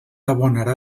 abonarà